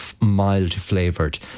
mild-flavoured